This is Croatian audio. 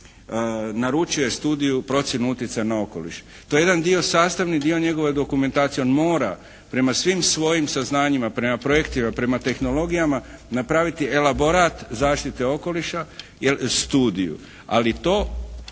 naručio je studiju, procjenu utjecaja na okoliš. To je jedan dio, sastavni dio njegove dokumentacije. On mora prema svim svojim saznanjima, prema projektima, prema tehnologijama napraviti elaborat zaštite okoliša jer, studiju ali to